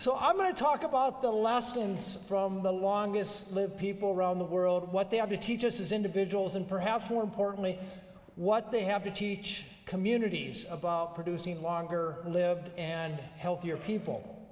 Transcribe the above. so i'm going to talk about the last sentence from the longest lived people around the world what they have to teach us as individuals and perhaps more importantly what they have to teach communities about producing longer lived and healthier people